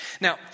Now